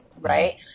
right